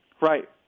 Right